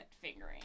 fingering